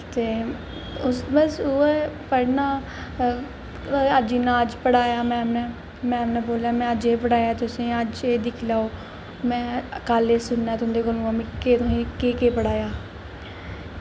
ते बस उऐ पढ़ना अज्ज इन्ना अज्ज पढ़ाया मैम नै मैम नै बोलेआ अज्ज में एह् पढ़ाया ऐ तुसें अज्ज एह् दिक्खी लैओ में कल्ल एह् सुनना ऐं तुंदे कोला तुसें गी केह् केह् पढ़ाया